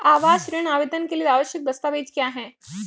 आवास ऋण आवेदन के लिए आवश्यक दस्तावेज़ क्या हैं?